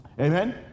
Amen